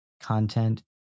Content